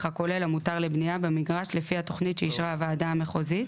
הכולל המותר לבניה במגרש לפני התוכנית שאישרה הוועדה המחוזית,